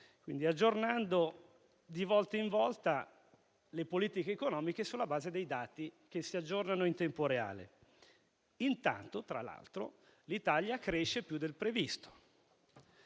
quindi aggiornando di volta in volta le politiche economiche sulla base dei dati che si aggiornano in tempo reale. Intanto, tra l'altro, l'Italia cresce più del previsto.